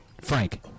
Frank